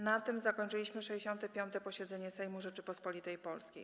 Na tym zakończyliśmy 65. posiedzenie Sejmu Rzeczypospolitej Polskiej.